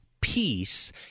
peace